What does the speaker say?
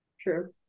True